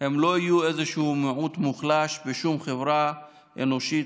הם לא יהיו איזשהו מיעוט מוחלש בשום חברה אנושית,